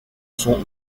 sont